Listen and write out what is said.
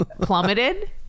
plummeted